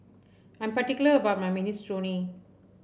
I'm particular about my Minestrone